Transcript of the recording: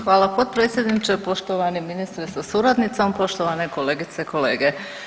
Hvala potpredsjedniče, poštovani ministre sa suradnicom, poštovane kolegice i kolege.